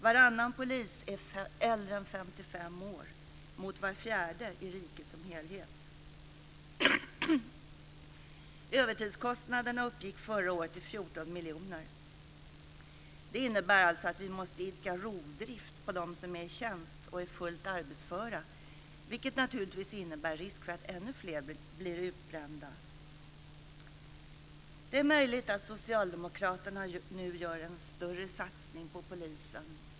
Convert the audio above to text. Varannan polis är äldre än 55 år mot var fjärde i riket som helhet. Övertidskostnaderna uppgick förra året till 14 miljoner. Det innebär alltså att vi måste idka rovdrift på dem som är i tjänst och är fullt arbetsföra, vilket naturligtvis innebär risk för att ännu fler blir utbrända. Det är möjligt att Socialdemokraterna nu gör en större satsning på polisen.